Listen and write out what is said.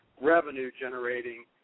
revenue-generating